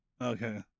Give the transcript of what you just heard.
Okay